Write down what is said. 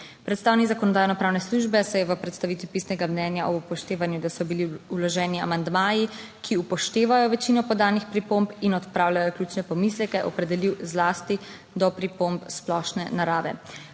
Predstavnik Zakonodajno-pravne službe se je v predstavitvi pisnega mnenja, ob upoštevanju, da so bili vloženi amandmaji, ki upoštevajo večino podanih pripomb in odpravljajo ključne pomisleke, opredelil zlasti do pripomb splošne narave.